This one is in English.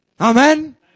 Amen